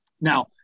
Now